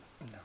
No